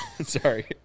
Sorry